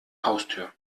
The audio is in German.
haustür